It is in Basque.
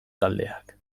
taldeak